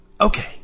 Okay